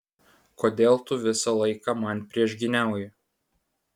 kodėl tu visą laiką man priešgyniauji